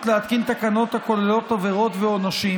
להתקין תקנות הכוללות עבירות ועונשים,